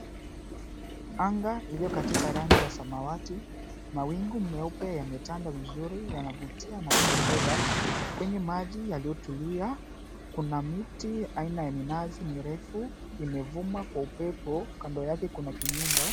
Anga iliyo katika rangi ya samawati, mawingu meupe yametanda vizuri, yanavutia na kupendeza. Kwenye maji yaliyotulia, kuna miti aina ya minazi mirefu imevuma kwa upepo. Kando yake, kuna kinyumba.